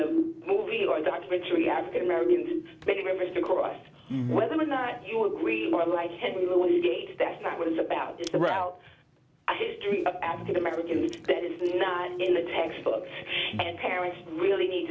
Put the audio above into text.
a movie or documentary african american been reversed across whether or not you agree more like henry louis gates that's not what it's about is the route to history african americans that is not in the textbooks and parents really need